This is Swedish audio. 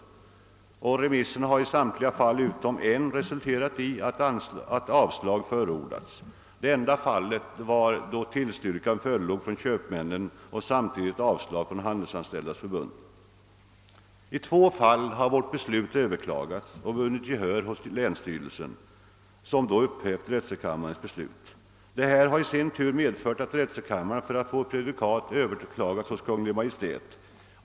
Remisserna har i samtliga fall utom ett resulterat i att avslag förordats. I det enda I två fall har vårt beslut överklagats och de klagande har därvid vunnit gehör hos länsstyrelsen, som upphävt drätselkammarens beslut. Detta har i sin tur medfört, att drätselkammaren för att få prejudikat överklagat hos Kungl. Maj:t.